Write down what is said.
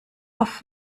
auf